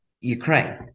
Ukraine